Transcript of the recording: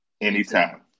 Anytime